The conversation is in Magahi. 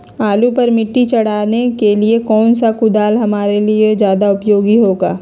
आलू पर मिट्टी चढ़ाने के लिए कौन सा कुदाल हमारे लिए ज्यादा उपयोगी होगा?